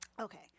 Okay